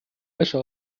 wäsche